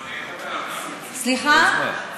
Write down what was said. סליחה?